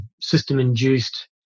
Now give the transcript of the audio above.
system-induced